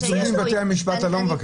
את הנתונים מבתי המשפט אתה לא מבקש.